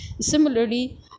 Similarly